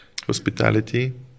hospitality